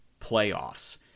playoffs